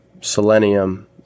selenium